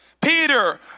Peter